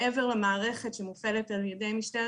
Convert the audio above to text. מעבר למערכת שמופעלת על ידי משטרת